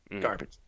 Garbage